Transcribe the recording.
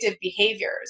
behaviors